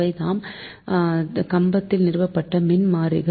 இவைதாம் கம்பத்தில் நிறுவப்பட்ட மின்மாற்றிகள்